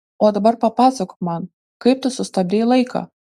o dabar papasakok man kaip tu sustabdei laiką